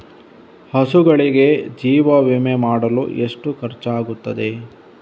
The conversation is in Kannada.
ಹಸುಗಳಿಗೆ ಜೀವ ವಿಮೆ ಮಾಡಲು ಎಷ್ಟು ಖರ್ಚಾಗುತ್ತದೆ?